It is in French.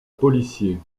policier